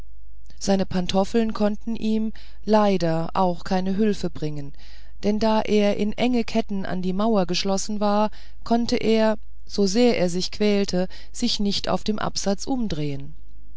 seine pantoffel konnten ihm leider auch keine hülfe bringen denn da er in engen ketten an die mauer geschlossen war konnte er sosehr er sich quälte sich nicht auf dem absatz umdrehen